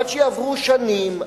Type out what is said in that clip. עד שיעברו שנים,